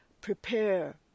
Prepare